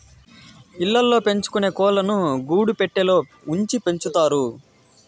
ఇళ్ళ ల్లో పెంచుకొనే కోళ్ళను గూడు పెట్టలో ఉంచి పెంచుతారు